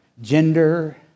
gender